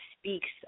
speaks